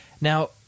Now